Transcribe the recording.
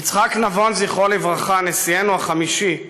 יצחק נבון, זכרו לברכה, נשיאנו החמישי,